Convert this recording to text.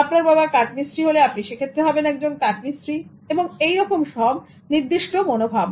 আপনার বাবা কাঠমিস্ত্রি হলে আপনি সেক্ষেত্রে হবেন একজন কাঠমিস্ত্রি এবং এই রকম সব নির্দিষ্ট মনোভাব